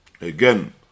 Again